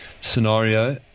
scenario